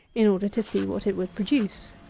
in order to see what it would produce.